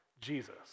Jesus